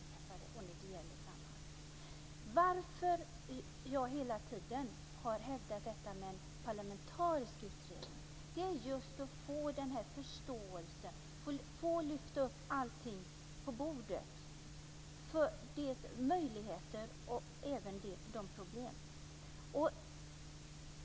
Anledningen till att jag hela tiden har hävdat detta med en parlamentarisk utredning är just att vi ska få den här förståelsen, att vi ska få lyfta upp allting på bordet, både möjligheter och problem.